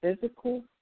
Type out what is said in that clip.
physical